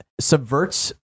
subverts